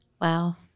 Wow